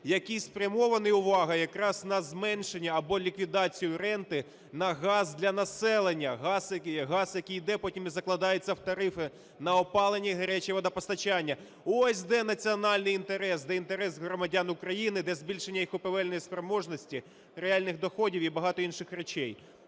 який спрямований – увага – якраз на зменшення або ліквідацію ренти на газ для населення. Газ, який іде, потім і закладається в тарифи на опалення, гаряче водопостачання. Ось де національний інтерес, де інтерес громадян України, де збільшення і купівельної спроможності, реальних доходів і багато інших речей.